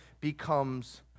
becomes